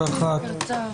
התשפ"ב-2021,